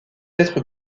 être